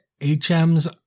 HMs